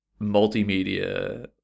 multimedia